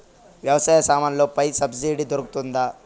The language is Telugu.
వ్యవసాయ సామాన్లలో పై సబ్సిడి దొరుకుతుందా?